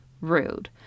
rude